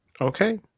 Okay